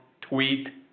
tweet